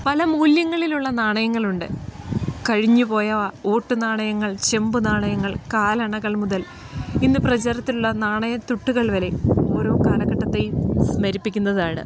പല മൂല്യങ്ങളിലുള്ള നാണയങ്ങളുണ്ട് കഴിഞ്ഞുപോയ ഓട്ട് നാണയങ്ങൾ ചെമ്പ് നാണയങ്ങൾ കാലണകൾ മുതൽ ഇന്ന് പ്രചാരത്തിലുള്ള നാണയത്തുട്ടുകൾ വരെ ഓരോ കാലഘട്ടത്തേയും സ്മരിപ്പിക്കുന്നതാണ്